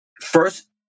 first